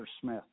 Smith